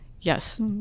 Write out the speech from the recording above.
Yes